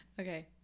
okay